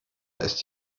ist